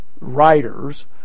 writers